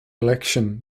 election